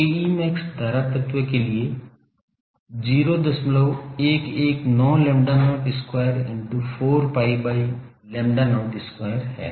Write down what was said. Ae max धारा तत्व के लिए 0119 lambda naught square into 4 pi by lambda naught square है